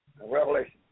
Revelation